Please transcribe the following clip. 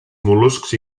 mol·luscs